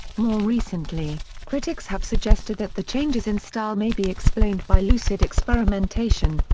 more recently, critics have suggested that the changes in style may be explained by lucid experimentation.